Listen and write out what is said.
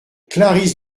clarice